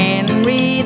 Henry